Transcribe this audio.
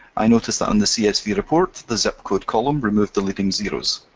i noticed that on the csv report the zip code column removed the leading zeros.